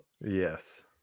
Yes